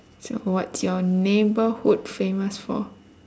so what's your neighbourhood famous for